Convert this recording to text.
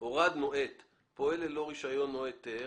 פועל הורדנו את פועל ללא רישיון או היתר